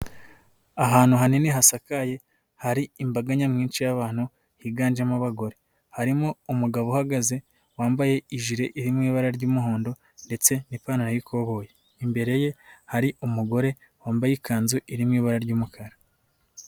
Ahantu hanini hasakaye hari imbaga nyamwinshi y'abantu higanjemo abagore, harimo umugabo uhagaze wambaye iji iri mu ibara ry'umuhondo, ndetse n'ipantaro y'ikoboyi. Imbere ye hari umugore wambaye ikanzu iri mu ibara ry'umukara.